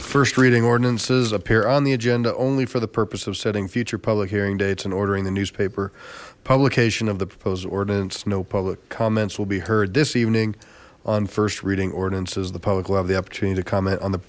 first reading ordinances appear on the agenda only for the purpose of setting future public hearing dates and ordering the newspaper publication of the proposal ordinance no public comments will be heard this evening on first reading ordinances the public will have the opportunity to comment on the